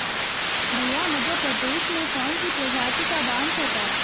भैया मध्य प्रदेश में कौन सी प्रजाति का बांस होता है?